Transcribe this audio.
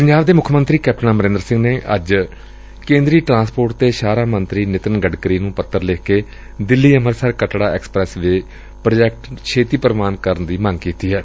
ਪੰਜਾਬ ਦੇ ਮੁੱਖ ਮੰਤਰੀ ਕੈਪਟਨ ਅਮਰਿੰਦਰ ਸਿੰਘ ਨੇ ਅੱਜ ਕੇਂਦਰੀ ਟਰਾਂਸਪੋਰਟ ਤੇ ਸ਼ਾਹਰਾਹ ਮੰਤਰੀ ਨਿਤਿਨ ਗਡਕਰੀ ਨੁੰ ਪੱਤਰ ਲਿਖ ਕੇ Delhi Amritsar Katra expressway project ਨੁੰ ਛੇਤੀ ਪ੍ਰਵਾਨਗੀ ਦੇਣ ਦੀ ਮੰਗ ਕੀਤੀ ਏ